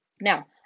Now